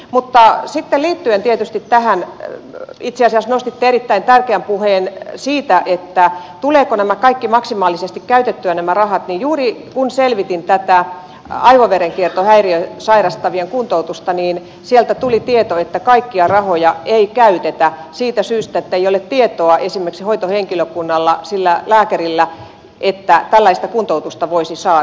mutta sitten liittyen tietysti tähän itse asiassa nostitte erittäin tärkeän puheenaiheen siitä tulevatko nämä kaikki rahat maksimaalisesti käytettyä juuri kun selvitin tätä aivoverenkiertohäiriötä sairastavien kuntoutusta niin sieltä tuli tieto että kaikkia rahoja ei käytetä siitä syystä että esimerkiksi hoitohenkilökunnalla sillä lääkärillä ei ole tietoa että tällaista kuntoutusta voisi saada